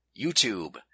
YouTube